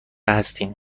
هستیم